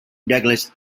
douglass